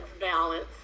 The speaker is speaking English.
balance